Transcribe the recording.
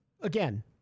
again